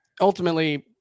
ultimately